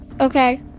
Okay